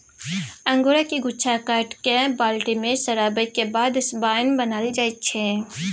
अंगुरक गुच्छा काटि कए बाल्टी मे सराबैक बाद बाइन बनाएल जाइ छै